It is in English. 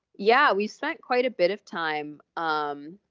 yeah. we spent quite a bit of time um